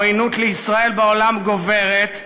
העוינות לישראל בעולם גוברת,